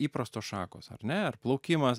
įprastos šakos ar ne ar plaukimas